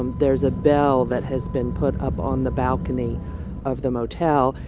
and there's a bell that has been put up on the balcony of the motel.